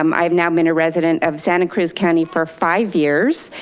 um i've now been a resident of santa cruz county for five years.